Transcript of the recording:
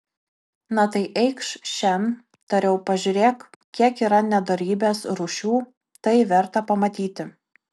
na tai eikš šen tariau pažiūrėk kiek yra nedorybės rūšių tai verta pamatyti